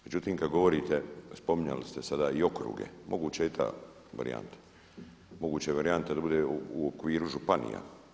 Međutim, kada govorite spominjali ste sada i okruge, moguće je i ta varijante, moguća je varijanta i da bude u okviru županija.